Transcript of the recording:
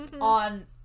on